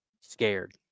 scared